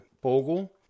Bogle